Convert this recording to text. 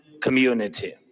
community